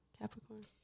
Capricorn